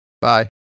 Bye